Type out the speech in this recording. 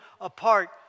apart